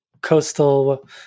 coastal